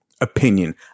opinion